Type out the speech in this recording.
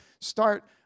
start